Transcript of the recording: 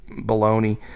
baloney